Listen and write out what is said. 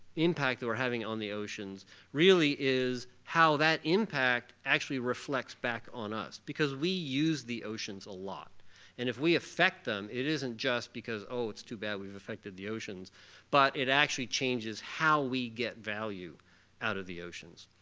impact we're having on the oceans really is how that impact actually reflects back on us because we use the oceans a lot and if we affect them, it isn't just because oh, it's too bad, we've affected the oceans but it actually changes how we get value out of the oceans.